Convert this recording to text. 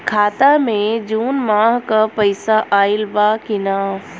खाता मे जून माह क पैसा आईल बा की ना?